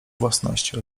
własności